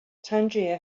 tangier